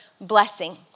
blessing